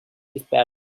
better